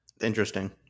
Interesting